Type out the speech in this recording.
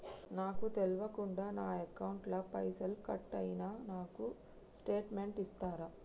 నాకు తెల్వకుండా నా అకౌంట్ ల పైసల్ కట్ అయినై నాకు స్టేటుమెంట్ ఇస్తరా?